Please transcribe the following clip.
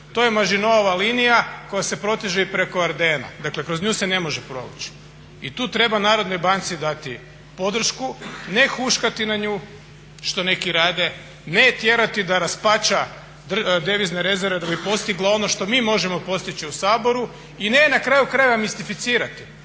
To je mažinoova linija koja se proteže i preko ardena, dakle kroz nju se ne može provući. I tu treba Narodnoj banci dati podršku, ne huškati na nju što neki rade, ne je tjerati da raspača devizne rezerve da bi postigla ono što mi možemo postići u Saboru i ne na kraju krajeva mistificirati